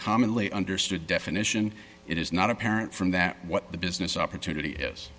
commonly understood definition it is not apparent from that what the business opportunity is